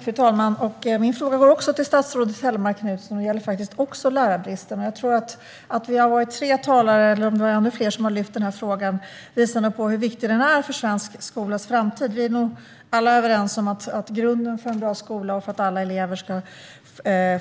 Fru talman! Min fråga går också till statsrådet Helene Hellmark Knutsson, och den gäller också lärarbristen. Vi är minst tre talare som har lyft upp frågan, och det visar hur viktig den är för svensk skolas framtid. Vi är nog alla överens om att grunden för en bra skola och för att alla elever ska